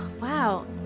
Wow